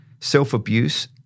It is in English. self-abuse